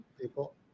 people